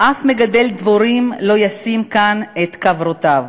"אף מגדל דבורים / לא ישים כאן / את כוורותיו.